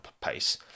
pace